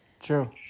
true